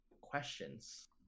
questions